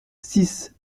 six